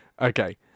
Okay